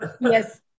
Yes